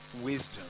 wisdom